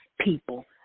people